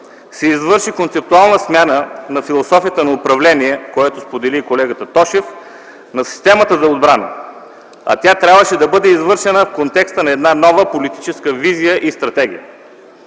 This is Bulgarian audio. се извърши концептуална смяна на философията на управление, което сподели и колегата Тошев, на системата за отбрана, а тя трябваше да бъде извършена в контекста на една нова политическа визия и стратегия.